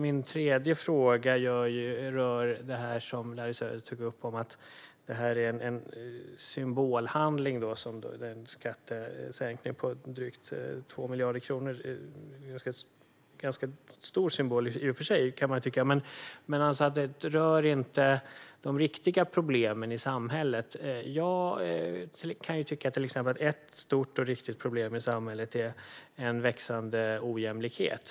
Den tredje frågan rör det som Larry Söder tog upp då han sa att skattesänkningen på drygt 2 miljarder kronor är en symbolhandling. Man kan i och för sig tycka att det är en ganska stor symbolisk summa. Han sa att det inte berör de riktiga problemen i samhället. Själv kan jag tycka att ett stort och riktigt problem i samhället är en växande ojämlikhet.